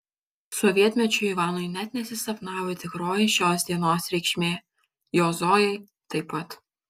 sovietmečiu ivanui net nesisapnavo tikroji šios dienos reikšmė jo zojai taip pat